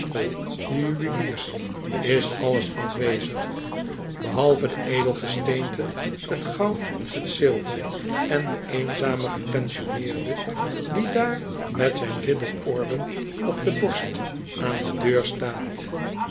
de juweliers is alles afwezig behalve de edelgesteenten t goud t zilver en de eenzame gepensionneerde die daar met zijrr ridderorden op de borst aan de deur staat